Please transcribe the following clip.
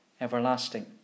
everlasting